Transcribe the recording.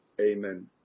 Amen